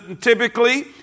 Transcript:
Typically